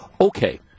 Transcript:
okay